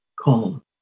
calm